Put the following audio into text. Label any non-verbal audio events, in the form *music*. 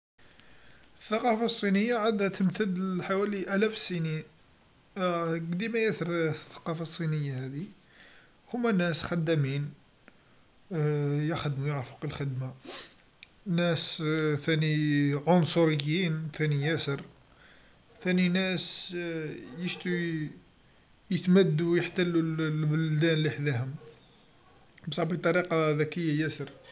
الثقاقه الصينيه عندها تمتد من حوالي آلاف السنين *hesitation* قديما ياسر الثقافه الصينيه هذي، هوما ناس خدامين *hesitation* يخدمو يعرفو حق الخدمه *noise* ناس ثاني عنصريين ثاني ياسر، ثاني ناس يشتو يتمدو و يحتلو البلدان لحداهم بصح بطريقه ذكيا ياسر